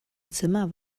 zimmer